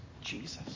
Jesus